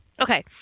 Okay